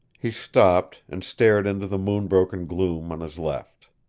he stopped, and stared into the moon-broken gloom on his left.